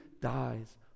dies